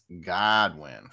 Godwin